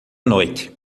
noite